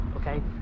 okay